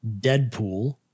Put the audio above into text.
Deadpool